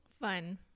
Fun